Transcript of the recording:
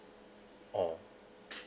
oh